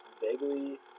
vaguely